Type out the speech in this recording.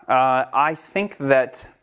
i think that,